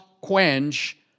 quench